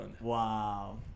Wow